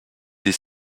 des